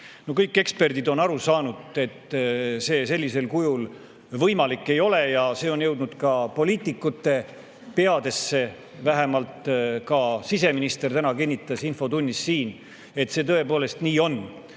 Kõik eksperdid on aru saanud, et see sellisel kujul võimalik ei ole, ja see on jõudnud ka poliitikute peadesse. Ka siseminister kinnitas siin täna infotunnis, et see tõepoolest nii on.